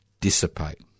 dissipate